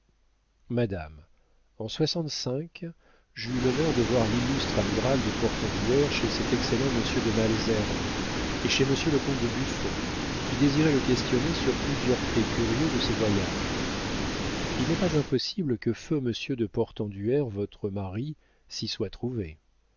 madame en soixante-cinq j'eus l'honneur de voir l'illustre amiral de portenduère chez cet excellent monsieur de malesherbes et chez monsieur le comte de buffon qui désirait le questionner sur plusieurs faits curieux de ses voyages il n'est pas impossible que feu monsieur de portenduère votre mari s'y soit trouvé